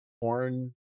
porn